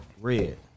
red